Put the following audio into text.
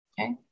okay